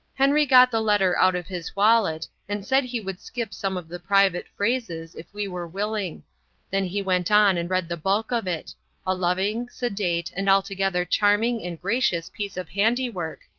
henry got the letter out of his wallet, and said he would skip some of the private phrases, if we were willing then he went on and read the bulk of it a loving, sedate, and altogether charming and gracious piece of handiwork,